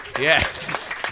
yes